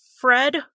Fred